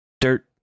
Dirt